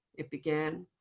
it began.